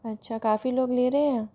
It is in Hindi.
अच्छा काफ़ी लोग ले रहे हैं